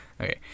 okay